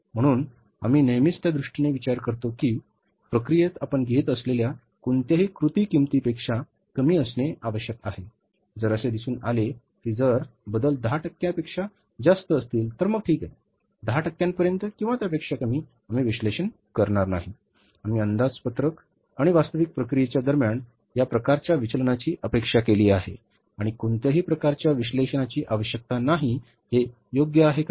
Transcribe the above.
म्हणून आम्ही नेहमीच त्या दृष्टीने विचार करतो की प्रक्रियेत आपण घेत असलेल्या कोणत्याही कृती किंमतीपेक्षा कमी असणे आवश्यक आहे आणि जर असे दिसून आले की जर बदल 10 टक्क्यांपेक्षा जास्त असतील तर मग ठीक आहे 10 टक्क्यांपर्यंत किंवा त्यापेक्षा कमी आम्ही विश्लेषण करणार नाही आम्ही अंदाजपत्रक आणि वास्तविक प्रक्रियेच्या दरम्यान या प्रकारच्या विचलनाची अपेक्षा केली आहे आणि कोणत्याही प्रकारच्या विश्लेषणाची आवश्यकता नाही हे योग्य आहे का